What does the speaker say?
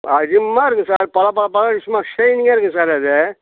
அருமையாக இருக்கும் சார் பளபளபளன்னு சும்மா ஷைனிங்காக இருக்கும் சார் அது